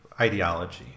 ideology